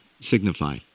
signify